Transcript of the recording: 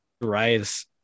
Rise